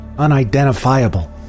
unidentifiable